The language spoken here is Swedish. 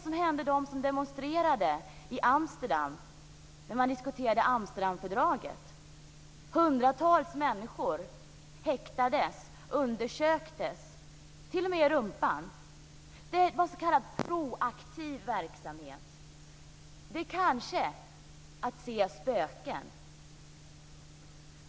Människor demonstrerade i Amsterdam när Amsterdamfördraget diskuterades, och hundratals människor häktades och undersöktes, t.o.m. i rumpan. Det var s.k. proaktiv verksamhet. Det kanske är att se spöken.